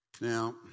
Now